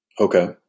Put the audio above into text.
Okay